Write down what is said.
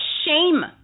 Shame